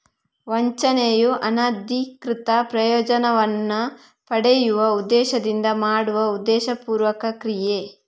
ವಂಚನೆಯು ಅನಧಿಕೃತ ಪ್ರಯೋಜನವನ್ನ ಪಡೆಯುವ ಉದ್ದೇಶದಿಂದ ಮಾಡುವ ಉದ್ದೇಶಪೂರ್ವಕ ಕ್ರಿಯೆ